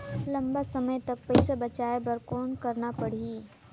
लंबा समय तक पइसा बचाये बर कौन करना पड़ही?